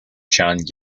chang